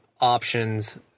options